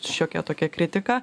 šiokia tokia kritika